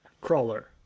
crawler